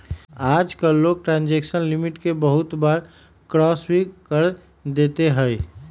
आजकल लोग transaction limit के बहुत बार क्रास भी कर देते हई